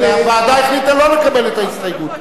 והוועדה החליטה לא לקבל את ההסתייגות.